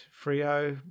Frio